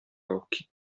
occhi